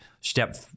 step